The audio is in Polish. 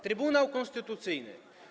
Trybunał Konstytucyjny.